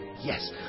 Yes